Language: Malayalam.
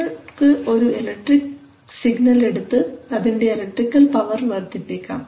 നിങ്ങൾക്ക് ഒരു ഇലക്ട്രിക് സിഗ്നൽ എടുത്തു അതിൻറെ ഇലക്ട്രിക്കൽ പവർ വർധിപ്പിക്കാം